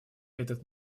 этот